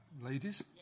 ladies